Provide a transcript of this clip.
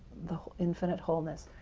the infinite wholeness,